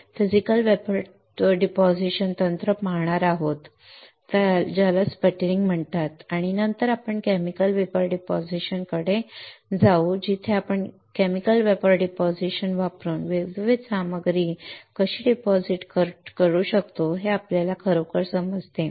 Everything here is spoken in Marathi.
आपण आणखी एक फिजिकल वेपर डिपॉझिशन तंत्र पाहणार आहोत ज्याला स्पटरिंग म्हणतात आणि नंतर आपण केमिकल वेपर डिपॉझिशन कडे जाऊ जिथे आपण केमिकल वेपर डिपॉझिशन वापरून विविध सामग्री कशी जमा करू शकतो हे आपल्याला खरोखर समजते